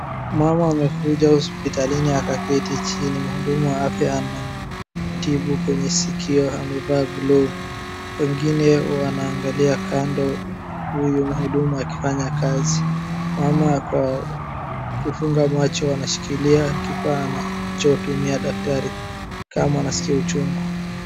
Mama amekuja hospitalini akaketi chini, mhudumu wa afya anamtibu kwenye sikio amevaa glovu. Wengine wanaangalia kando huyu mhudumu akifanya kazi. Mama kwa kufunga macho anashikilia kifaa anachotumia daktari kama anasikia uchungu.